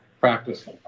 practice